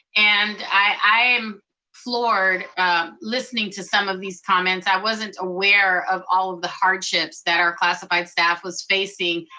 and i am floored listening to some of these comments. i wasn't aware of all of the hardships that our classified staff was facing,